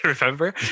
remember